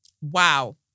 wow